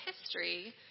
history